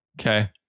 Okay